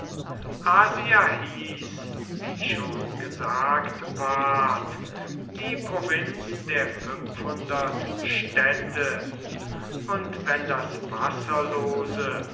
wie schon gesagt ward die provinz der fünfhundert städte und wenn das wasserlose